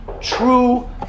true